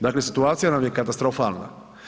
Dakle situacija nam je katastrofalna.